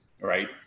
right